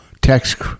text